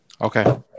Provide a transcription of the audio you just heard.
Okay